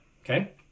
Okay